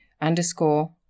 underscore